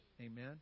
Amen